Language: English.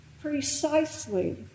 Precisely